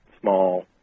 small